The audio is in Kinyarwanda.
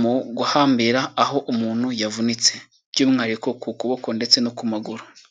mu guhambira aho umuntu yavunitse. By'umwihariko ku kuboko ndetse no ku maguru.